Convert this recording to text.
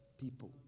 people